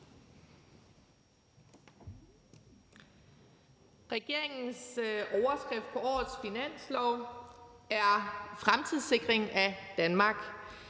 Regeringens overskrift på årets forslag til finanslov er »Fremtidssikring af Danmark«,